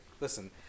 Listen